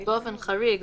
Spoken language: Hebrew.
באופן חריג,